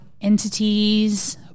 entities